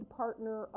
partner